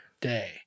day